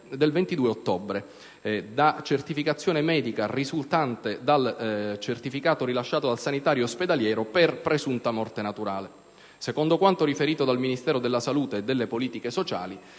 del 22 ottobre, da certificazione medica risultante dal certificato rilasciato dal sanitario ospedaliero, per presunta morte naturale. Secondo quanto riferito dal Ministero della salute e delle politiche sociali,